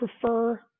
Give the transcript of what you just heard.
prefer